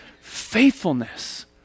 faithfulness